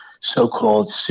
so-called